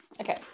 okay